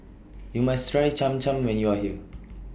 YOU must Try Cham Cham when YOU Are here